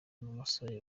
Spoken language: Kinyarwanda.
n’umusore